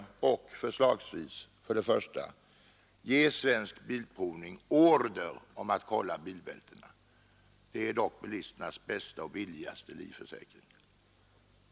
Herr Norling kan förslagsvis för det första ge Svensk bilprovning order om att kolla bilbältena — de är dock bilister as bästa och billigaste livförsäkring.